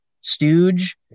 stooge